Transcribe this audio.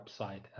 website